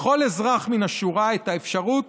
לכל אזרח מן השורה את האפשרות